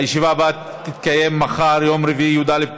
הישיבה הבאה תתקיים מחר, יום רביעי, י"א